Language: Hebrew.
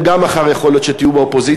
גם אתם, מחר יכול להיות שתהיו באופוזיציה.